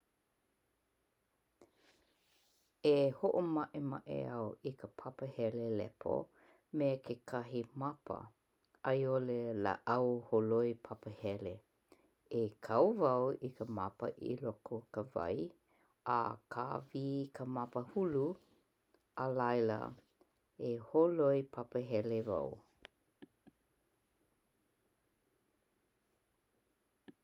E hoʻomaʻemaʻe au i ka papahele lepo me kekahi māpa aiʻole laʻau holoi papahele. E kau wau i ka māpa i loko o ka wai a kāwī i ka māpa hulu a laila e holoi papahele wau.